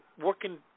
working